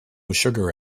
sugar